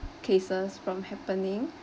cases from happening